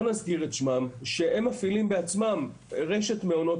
נזכיר את שמן שהן מפעילות בעצמן רשת מעונות